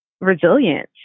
resilience